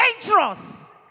Dangerous